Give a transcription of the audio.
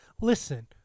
listen